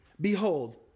Behold